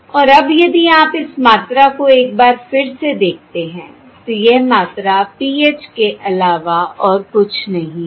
और अब यदि आप इस मात्रा को एक बार फिर से देखते हैं तो यह मात्रा PH के अलावा और कुछ नहीं है